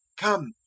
Come